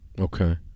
okay